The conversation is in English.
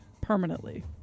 Permanently